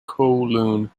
kowloon